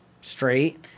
straight